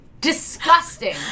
disgusting